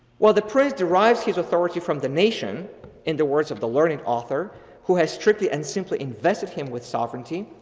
while the priest derived his authority from the nation and the words of the learned author who has strictly and simply invested him with sovereignty,